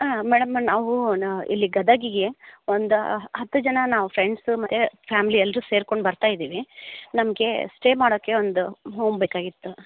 ಹಾಂ ಮೇಡಮ್ ನಾವು ನ ಇಲ್ಲಿ ಗದಗಿಗೆ ಒಂದು ಹ ಹತ್ತು ಜನ ನಾವು ಫ್ರೆಂಡ್ಸು ಮತ್ತೆ ಫ್ಯಾಮ್ಲಿ ಎಲ್ಲರು ಸೇರ್ಕೊಂಡು ಬರ್ತಾ ಇದ್ದೀವಿ ನಮಗೆ ಸ್ಟೇ ಮಾಡೋಕ್ಕೆ ಒಂದು ಹೋಮ್ ಬೇಕಾಗಿತ್ತು